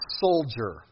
soldier